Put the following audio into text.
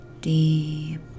deep